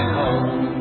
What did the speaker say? home